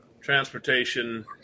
transportation